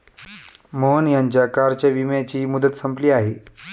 मोहन यांच्या कारच्या विम्याची मुदत संपली आहे